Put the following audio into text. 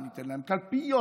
וניתן להם קלפיות,